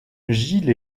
gilles